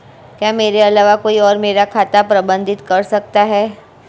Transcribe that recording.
क्या मेरे अलावा कोई और मेरा खाता प्रबंधित कर सकता है?